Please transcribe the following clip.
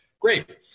Great